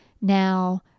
Now